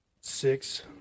Six